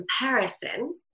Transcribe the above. comparison